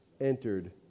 entered